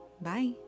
Bye